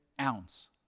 ounce